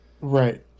Right